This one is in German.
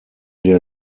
der